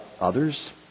others